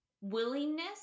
willingness